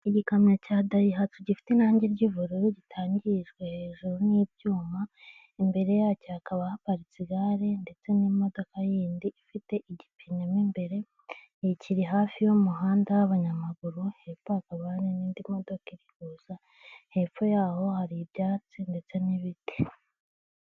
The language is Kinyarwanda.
Igikamyo cya Dayihatsu gifite irangi ry'ubururu gitangirijwe hejuru n'ibyuma, imbere yacyo hakaba haparitse igare ndetse n'imodoka yindi ifite igipine mo imbere, kiri hafi y'umuhanda w'abanyamaguru, hepfo hakaba hari n'indi modoka iri kuza, hepfo yaho hari ibyatsi ndetse n'ibiti.